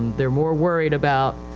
theyire more worried about,